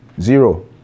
Zero